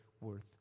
worth